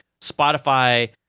Spotify